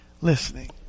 listening